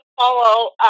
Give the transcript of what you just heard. follow